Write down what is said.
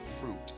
fruit